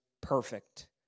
perfect